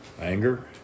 Anger